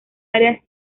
áreas